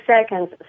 seconds